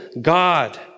God